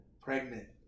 Pregnant